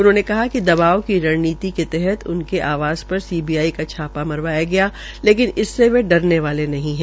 उन्होंने दवाब की रणनीति के तहत उनके आवास पर सीबीआई का छापा मरवाया गया लेकिन इससे वे डरने वाले नहीं है